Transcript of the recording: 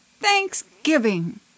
Thanksgiving